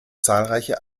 zahlreiche